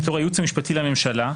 בתור הייעוץ המשפטי לממשלה,